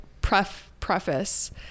preface